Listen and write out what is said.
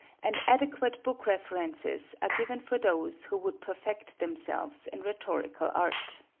and adequate book references are given for those who would perfect themselves in rhetorical art.